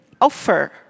offer